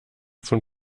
von